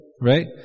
Right